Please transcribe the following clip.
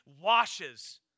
washes